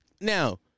Now